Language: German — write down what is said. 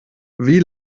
wie